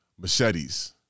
machetes